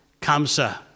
Kamsa